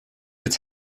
its